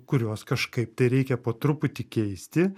kuriuos kažkaip tai reikia po truputį keisti